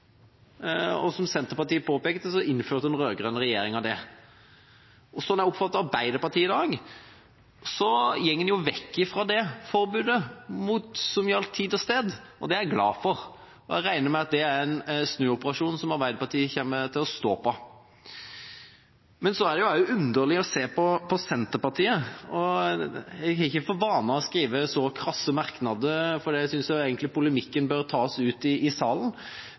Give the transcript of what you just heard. og som Senterpartiet påpekte, innførte den rød-grønne regjeringa det. Og slik jeg oppfatter Arbeiderpartiet i dag, går en vekk fra det forbudet som gjaldt tid og sted, og det er jeg glad for. Jeg regner med at det er en snuoperasjon som Arbeiderpartiet kommer til å stå på. Men det er også underlig å se på Senterpartiet. Jeg har ikke for vane å skrive så krasse merknader, for jeg synes egentlig polemikken bør tas ut i salen.